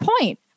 point